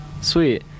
sweet